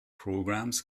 programmes